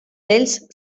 ells